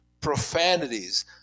profanities